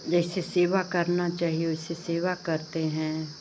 जैसे सेवा करना चाहिए वैसे सेवा करते हैं